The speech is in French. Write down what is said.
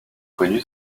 connu